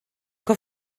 que